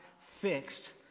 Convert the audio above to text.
fixed